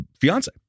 fiance